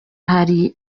hari